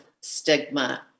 stigma